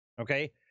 Okay